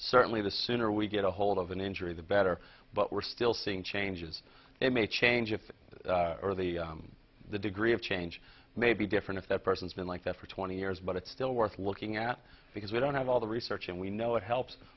certainly the sooner we get ahold of an injury the better but we're still seeing changes it may change if the degree of change may be different if that person's been like that for twenty years but it's still worth looking at because we don't have all the research and we know it helps